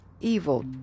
evil